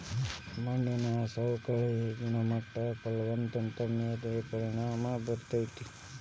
ಮಣ್ಣಿನ ಸವಕಳಿ ಗುಣಮಟ್ಟ ಫಲವತ್ತತೆ ಮ್ಯಾಲ ಪರಿಣಾಮಾ ಬೇರತತಿ